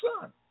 son